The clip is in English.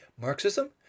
Marxism